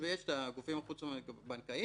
ויש את הגופים החוץ-בנקאיים.